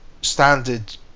standard